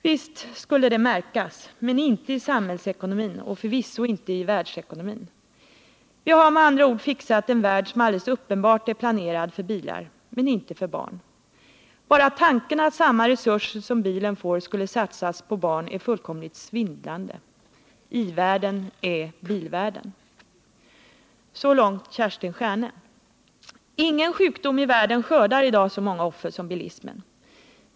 Visst skulle det märkas. Men inte i samhällsekonomin. Och förvisso inte i världsekonomin. Vi har med andra ord fixat en värld som alldeles uppenbart är planerad för bilar — men inte för barn. Bara tanken att samma resurser som bilen får skulle satsas på barn är fullkomligt svindlande. I-världen är bilvärlden.” Så långt Kerstin Stjärne. Ingen sjukdom i världen skördar i dag så många offer som bilismen.